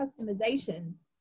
customizations